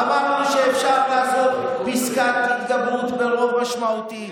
אמרנו שאפשר לעשות פסקת התגברות ברוב משמעותי.